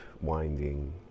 winding